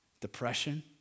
Depression